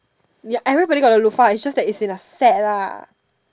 ya everybody got a loofah just that it's in the set lah